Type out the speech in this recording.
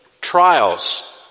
Trials